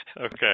Okay